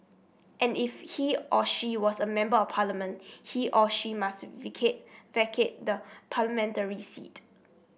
and if he or she was a Member of Parliament he or she must vacate the parliamentary seat